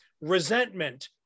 resentment